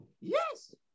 Yes